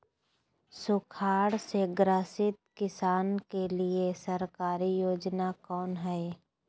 सुखाड़ से ग्रसित किसान के लिए सरकारी योजना कौन हय?